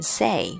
say